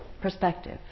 perspective